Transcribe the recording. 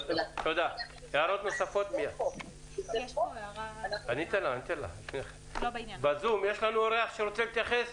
האם יש לנו אורח בזום שרוצה להתייחס?